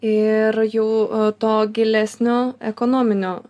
ir jau to gilesnio ekonominio